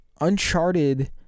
Uncharted